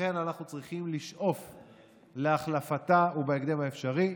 ולכן אנחנו צריכים לשאוף להחלפתה, ובהקדם האפשרי,